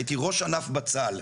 הייתי ראש ענף בצל.